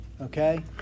Okay